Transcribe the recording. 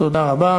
תודה רבה.